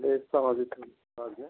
ये